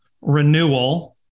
renewal